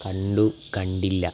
കണ്ടു കണ്ടില്ല